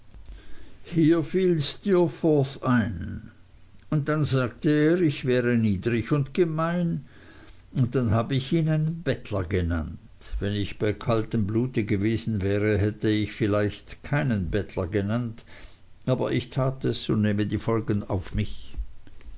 hier fiel steerforth ein und dann sagte er ich wäre niedrig und gemein und dann habe ich ihn einen bettler genannt wenn ich bei kaltem blute gewesen wäre hätte ich ihn vielleicht keinen bettler genannt aber ich tat es und nehme die folgen auf mich